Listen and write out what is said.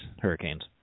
Hurricanes